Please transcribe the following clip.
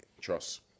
Trust